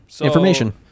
information